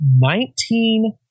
Nineteen